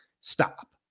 stop